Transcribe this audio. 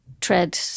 Tread